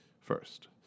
first